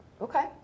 Okay